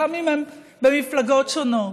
גם אם הם במפלגות שונות.